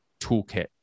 toolkit